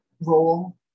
role